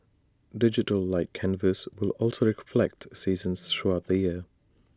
digital light canvas will also reflect seasons throughout the year